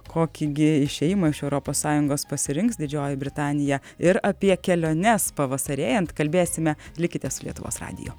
kokį gi išėjimą iš europos sąjungos pasirinks didžioji britanija ir apie keliones pavasarėjant kalbėsime likite su lietuvos radiju